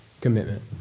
commitment